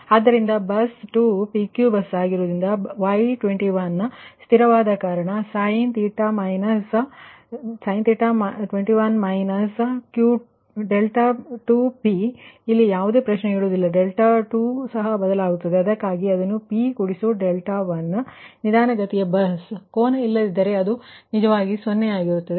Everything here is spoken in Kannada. ಆದ್ದರಿಂದ ಬಸ್ 2 PQ ಬಸ್ ಆಗಿರುವುದರಿಂದ Y21 ಸ್ಥಿರವಾದ ಕಾರಣsin𝛳21 − 𝛿2p ಇಲ್ಲಿ ಯಾವುದೇ ಪ್ರಶ್ನೆ ಏಳುವುದಿಲ್ಲ 𝛿2 ಸಹ ಬದಲಾಗುತ್ತದೆ ಅದಕ್ಕಾಗಿಯೇ ಅದು p ಕೂಡಿಸು 𝛿1 ನಿಧಾನಗತಿಯ ಬಸ್ ಕೋನ ಇಲ್ಲದಿದ್ದರೆ ಅದು ನಿಜವಾಗಿ 0 ಆಗಿರುತ್ತದೆ